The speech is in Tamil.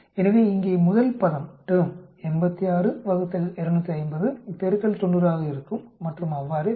எனவே இங்கே முதல் பதம் 86 ÷ 250 90 ஆக இருக்கும் மற்றும் அவ்வாறே பல